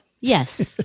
Yes